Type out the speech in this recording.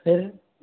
फिर